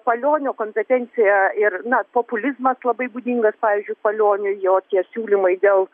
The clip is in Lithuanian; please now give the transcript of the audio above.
palionio kompetencija ir na populizmas labai būdingas pavyzdžiui palioniui jo tie siūlymai dėl